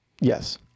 yes